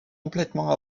complètement